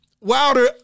Wilder